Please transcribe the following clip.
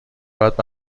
بعد